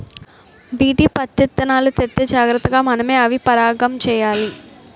BT పత్తిత్తనాలు తెత్తే జాగ్రతగా మనమే అవి పరాగం చెయ్యాలి